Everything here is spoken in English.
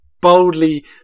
boldly